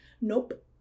nope